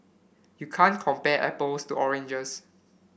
you can't compare apples to oranges